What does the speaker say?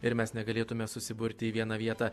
ir mes negalėtume susiburti į vieną vietą